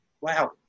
wow